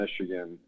Michigan